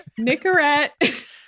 Nicorette